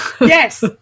Yes